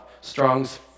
Strong's